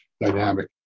dynamic